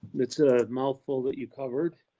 it's a mouthful that you covered.